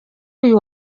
uyu